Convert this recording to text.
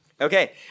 Okay